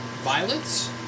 violets